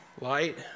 Light